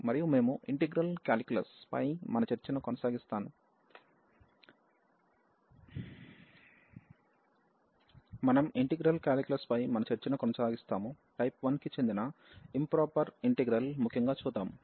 మరియు మనం integral calculus పై మన చర్చను కొనసాగిస్తాము టైప్ 1 కి చెందిన ఇంప్రాపర్ ఇంటిగ్రల్ ముఖ్యంగా చూద్దాము